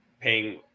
paying